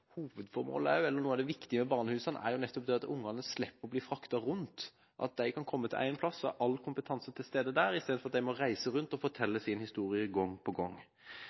hovedformålet, eller noe av det viktige med barnehusene, er nettopp at ungene slipper å bli fraktet rundt, at de kan komme til én plass, og så er all kompetanse til stede der istedenfor at de må reise rundt og fortelle sin historie gang på gang.